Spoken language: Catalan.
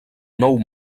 nou